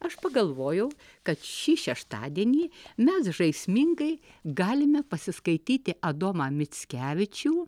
aš pagalvojau kad šį šeštadienį mes žaismingai galime pasiskaityti adomą mickevičių